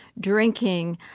drinking,